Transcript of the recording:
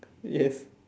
yes